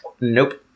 nope